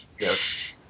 Yes